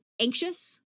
anxious